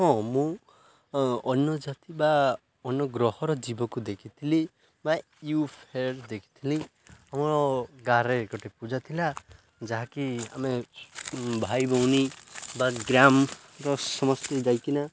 ହଁ ମୁଁ ଅନ୍ୟ ଜାତି ବା ଅନ୍ୟ ଗ୍ରହର ଜୀବକୁ ଦେଖିଥିଲି ବା ୟୁ ଫେର ଦେଖିଥିଲି ଆମ ଗାଁରେ ଗୋଟେ ପୂଜା ଥିଲା ଯାହାକି ଆମେ ଭାଇ ଭଉଣୀ ବା ଗ୍ରାମର ସମସ୍ତେ ଯାଇକିନା